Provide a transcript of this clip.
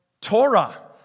Torah